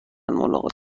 ملاقات